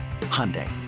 Hyundai